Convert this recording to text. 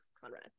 Conrad